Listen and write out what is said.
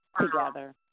together